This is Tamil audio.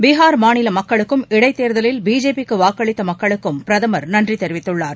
பீகார் மாநில மக்களுக்கும் இடைத் தேர்தலில் பிஜேபிக்கு வாக்களித்த மகிகளுக்கும் பிரதமர் நன்றி தெரிவித்துள்ளார்